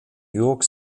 york